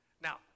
Now